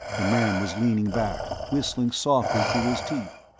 the man was leaning back, whistling softly through his teeth.